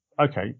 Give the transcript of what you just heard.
okay